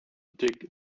dig